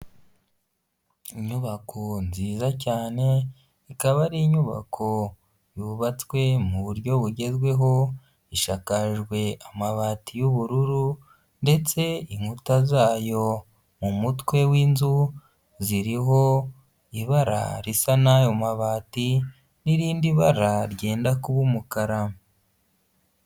Inyubako nziza cyane, ikaba ari inyubako yubatswe mu buryo bugezweho, ishakajwe amabati y'ubururu ndetse inkuta zayo mu mutwe w'inzu ziriho ibara risa n'ayo mabati n'irindi bara ryenda kuba umukara.